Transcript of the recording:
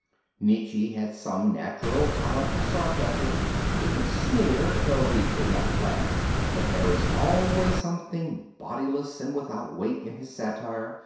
nietzsche had some natural talent for sarcasm he could sneer, though he could not laugh but there is always something bodiless and without weight in his satire,